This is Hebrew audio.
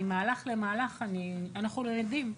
ממהלך למהלך אנחנו למדים,